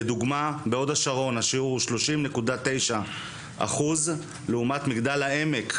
לדוגמה בהוד השרון השיעור הוא 30.9% לעומת מגדל העמק,